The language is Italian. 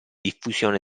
diffusione